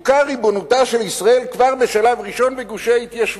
תוכר ריבונותה של ישראל כבר בשלב ראשון בגושי ההתיישבות.